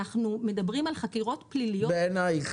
אנחנו מדברים על חקירות פליליות --- בעינייך,